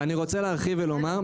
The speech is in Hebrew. ואני רוצה להרחיב ולומר,